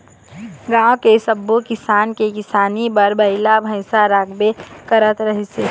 गाँव के सब्बो किसान के किसानी बर बइला भइसा राखबे करत रिहिस हे